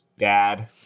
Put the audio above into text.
dad